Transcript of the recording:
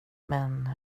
men